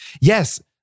yes